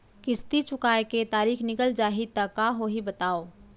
किस्ती चुकोय के तारीक निकल जाही त का होही बताव?